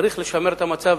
צריך לשמר את המצב,